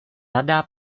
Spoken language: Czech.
rada